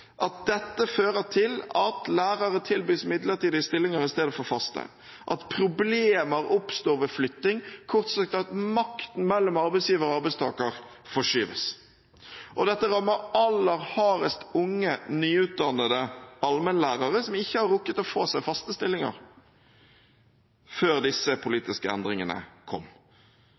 at dette fører til at lærere tilbys midlertidige stillinger i stedet for faste, at problemer oppstår ved flytting, kort sagt at makten mellom arbeidsgiver og arbeidstaker forskyves. Og dette rammer aller hardest unge nyutdannede allmennlærere som ikke har rukket å få seg fast stilling før disse politiske endringene kom,